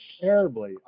terribly